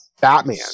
Batman